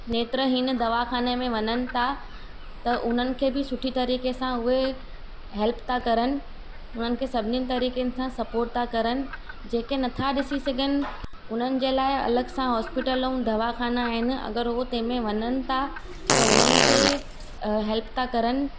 नेत्रहीन दवाखाने में वञनि था त उन्हनि खे बि सुठी तरीक़े सां उहे हेल्प था करण उन्हनि खे सभिनीनि तरीक़े सां स्पोर्ट था करण जेके नथा ॾिसी सघनि उन्हनि जे लाइ अलॻि सां हॉस्पिटल ऐं दवाखाना आहिनि अगरि उहो तंहिंमें वञनि था त हुननि खे हेल्प था करण